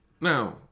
Now